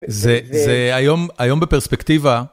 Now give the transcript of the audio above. זה היום בפרספקטיבה...